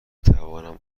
توانم